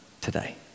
today